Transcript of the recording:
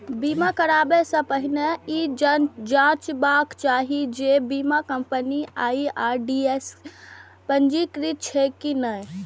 बीमा कराबै सं पहिने ई जांचबाक चाही जे बीमा कंपनी आई.आर.डी.ए सं पंजीकृत छैक की नहि